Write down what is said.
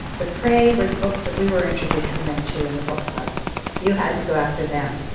the prey where the books that we were introducing them to in the book clubs you had to go after them.